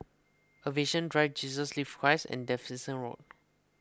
Aviation Drive Jesus Lives Church and Davidson Road